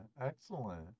excellent